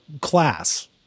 class